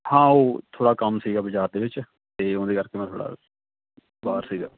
ਹਾਂ ਉਹ ਥੋੜ੍ਹਾ ਕੰਮ ਸੀਗਾ ਬਾਜ਼ਾਰ ਦੇ ਵਿੱਚ ਅਤੇ ਉਹਦੇ ਕਰਕੇ ਮੈਂ ਥੋੜ੍ਹਾ ਬਾਹਰ ਸੀਗਾ